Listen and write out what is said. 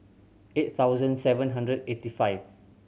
eight thousand seven hundred eighty five